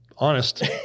Honest